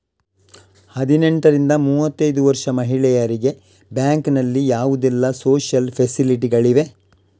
ಹದಿನೆಂಟರಿಂದ ಮೂವತ್ತೈದು ವರ್ಷ ಮಹಿಳೆಯರಿಗೆ ಬ್ಯಾಂಕಿನಲ್ಲಿ ಯಾವುದೆಲ್ಲ ಸೋಶಿಯಲ್ ಫೆಸಿಲಿಟಿ ಗಳಿವೆ?